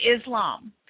Islam